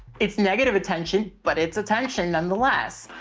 it's negative attention, but it's attention nonetheless.